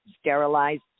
sterilized